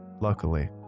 Luckily